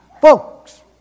Folks